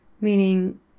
meaning